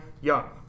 Young